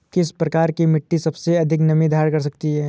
किस प्रकार की मिट्टी सबसे अधिक नमी धारण कर सकती है?